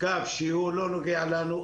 הקו לא נוגע לנו,